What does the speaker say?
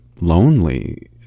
lonely